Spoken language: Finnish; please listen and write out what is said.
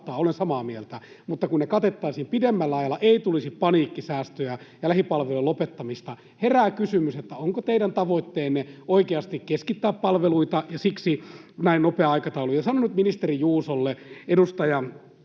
olen samaa mieltä, mutta kun ne katettaisiin pidemmällä ajalla, ei tulisi paniikkisäästöjä ja lähipalvelujen lopettamista. Herää kysymys, onko teidän tavoitteenne oikeasti keskittää palveluita ja siksi on näin nopea aikataulu. Ja sanon nyt ministeri Juusolle, edustaja